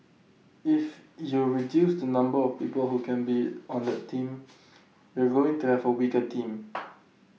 if you reduce the number of people who can be on that team you're going to have A weaker team